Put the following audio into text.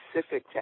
specific